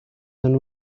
and